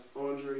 Andre